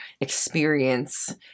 experience